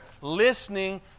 Listening